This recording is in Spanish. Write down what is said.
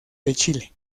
chile